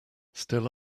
still